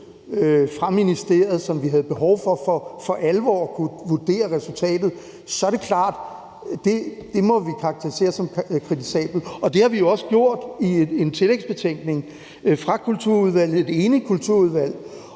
fra ministeriet, som vi havde behov for for alvor at kunne vurdere resultatet, må vi karakterisere som kritisabelt, og det har vi jo også gjort i en tillægsbetænkning fra Kulturudvalget – et enigt Kulturudvalg.